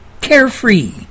carefree